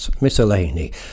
Miscellany